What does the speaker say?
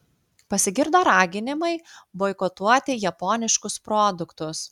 pasigirdo raginimai boikotuoti japoniškus produktus